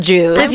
Jews